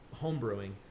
homebrewing